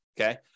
Okay